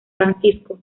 francisco